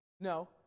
No